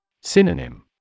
Synonym